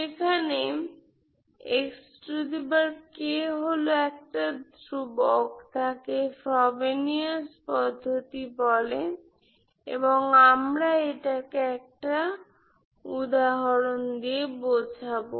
সেখানে হল একটা ধ্রুবক তাকে ফ্রবেনিয়াস পদ্ধতি বলে এবং আমরা এটাকে একটি উদাহরণ দিয়ে বোঝাবো